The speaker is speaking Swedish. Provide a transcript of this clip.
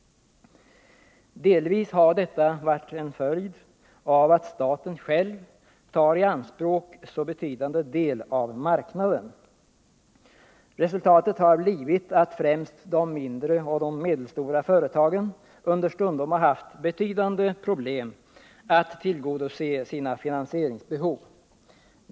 Delvis har detta varit en följd av att staten själv tagit i anspråk en så betydande del av marknaden. Resultatet har blivit att främst de mindre och medelstora företagen understundom haft betydande problem att tillgodose sina finansieringsbehov.